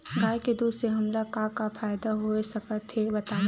गाय के दूध से हमला का का फ़ायदा हो सकत हे बतावव?